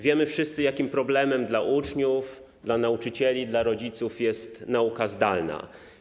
Wiemy wszyscy, jakim problemem dla uczniów, dla nauczycieli, dla rodziców jest nauka zdalna.